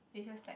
it's just like